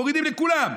מורידים לכולם,